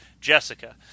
Jessica